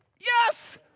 yes